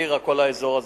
טירה וכל האזור הזה.